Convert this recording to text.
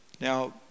Now